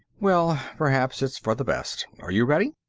well, perhaps it's for the best. are you ready?